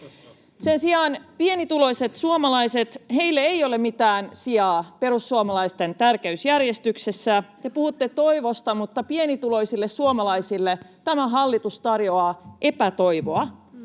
Sen sijaan pienituloisille suomalaisille ei ole mitään sijaa perussuomalaisten tärkeysjärjestyksessä. Te puhutte toivosta, mutta pienituloisille suomalaisille tämä hallitus tarjoaa epätoivoa.